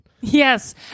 yes